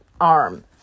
arm